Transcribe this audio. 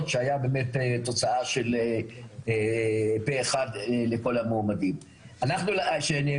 - שהיתה באמת תוצאה של פה אחד לכל המועמדים שהומלצו.